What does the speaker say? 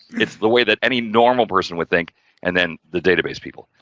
it's the way that any normal person would think and then the database people.